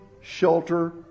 shelter